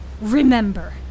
remember